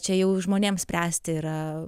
čia jau žmonėms spręsti yra